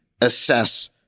assess